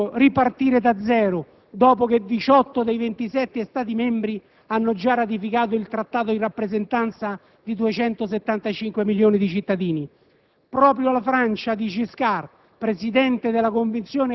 di lavorare per uscire dall'*impasse*, non dovendo ripartire da zero, dopo che 18 dei 27 Stati membri hanno già ratificato il Trattato in rappresentanza di 275 milioni di cittadini.